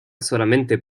solamente